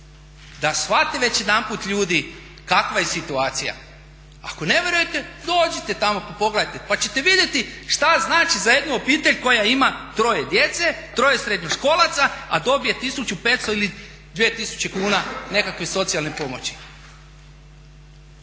da shvate već jedanput ljudi kakva je situacija. Ako ne vjerujete dođite tamo pa pogledajte, pa ćete vidjeti što znači za jednu obitelj koja ima 3 djece, 3 srednjoškolaca, a dobije 1500 ili 2000 kuna nekakve socijalne pomoći.